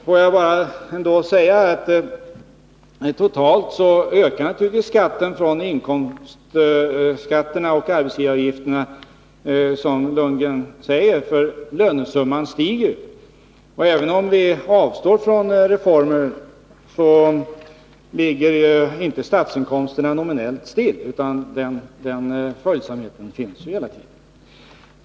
Får jag säga: Totalt ökar naturligtvis inkomstskatterna och arbetsgivaravgifterna, som Bo Lundgren säger, eftersom lönesumman stiger. Även om vi avstår från reformer ligger inte inkomsterna stilla nominellt, utan det finns hela tiden en följsamhet.